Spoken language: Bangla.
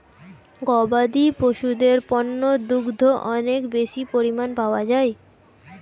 গবাদি পশুদের পণ্য দুগ্ধ অনেক বেশি পরিমাণ পাওয়া যায়